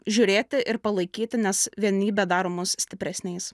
žiūrėti ir palaikyti nes vienybė daro mus stipresniais